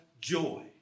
joy